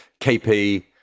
KP